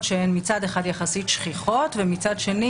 שהן מצד אחד יחסית שכיחות ומצד שני,